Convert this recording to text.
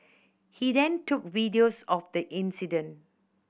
he then took videos of the incident